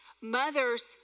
mothers